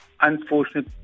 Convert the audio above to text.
unfortunate